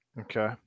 okay